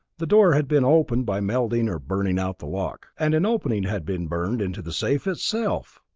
the door had been opened by melting or burning out the lock. and an opening had been burned into the safe itself!